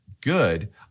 good